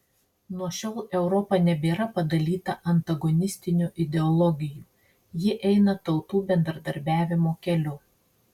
nuo šiol europa nebėra padalyta antagonistinių ideologijų ji eina tautų bendradarbiavimo keliu